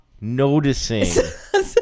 noticing